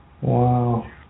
Wow